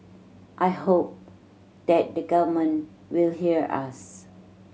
I hope that the government will hear us